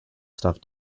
stuff